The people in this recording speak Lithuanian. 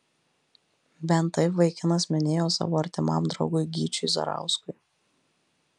bent taip vaikinas minėjo savo artimam draugui gyčiui zarauskui